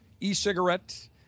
e-cigarette